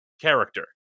character